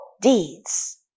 deeds